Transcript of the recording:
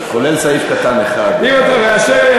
כולל סעיף קטן 1. תקרא את זה עד הסוף.